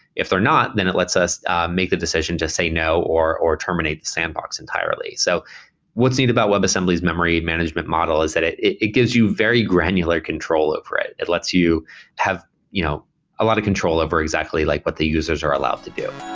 if they're not, then it lets us make the decision just say no or or terminate the sandbox entirely. so what's neat about webassembly's memory management model is that it it gives you very granular control over. it it lets you have you know a lot of control over exactly like what the users are allowed to do.